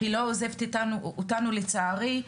היא לא עוזבת אותנו לצערי,